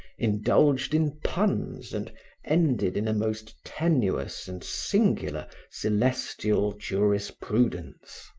indulged in puns and ended in a most tenuous and singular celestial jurisprudence.